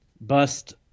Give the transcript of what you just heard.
Bust